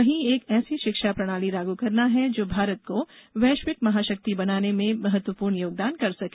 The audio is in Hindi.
वही एक ऐसी शिक्षा प्रणाली लागू करना है जो भारत को वैश्विक महाशक्ति बनाने में महत्वपूर्ण योगदान कर सके